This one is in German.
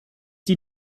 die